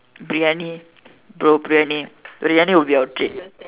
Briyani bro Briyani Briyani will be our treat